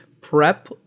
prep